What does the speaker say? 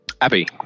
Abby